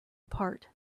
apart